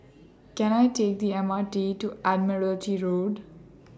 Can I Take The M R T to Admiralty Road